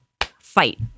Fight